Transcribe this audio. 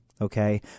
Okay